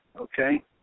okay